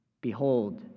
Behold